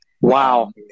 Wow